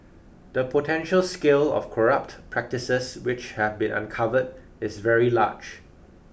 the potential scale of corrupt practices which have been uncovered is very large